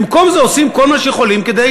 במקום זה עושים כל מה שיכולים כדי